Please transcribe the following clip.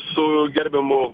su gerbiamu